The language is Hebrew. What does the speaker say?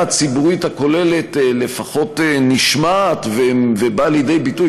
הציבורית הכוללת לפחות נשמעת ובאה לידי ביטוי,